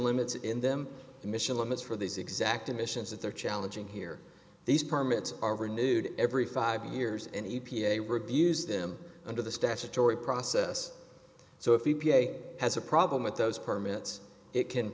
limits in them emission limits for this exact emissions that they're challenging here these permits are renewed every five years and e p a reviews them under the statutory process so if the p a has a problem with those permits it can